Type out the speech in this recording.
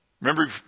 Remember